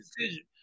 decision